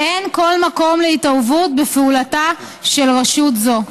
ואין כל מקום להתערבות בפעולתה של רשות זו.